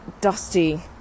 dusty